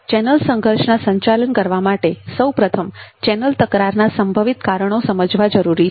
channel સંઘર્ષના સંચાલન કરવા માટે સૌપ્રથમ ચેનલ તકરારના સંભવિત કારણો સમજવા જરૂરી છે